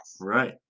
right